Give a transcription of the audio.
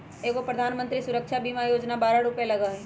एगो प्रधानमंत्री सुरक्षा बीमा योजना है बारह रु लगहई?